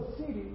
city